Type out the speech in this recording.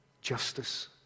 justice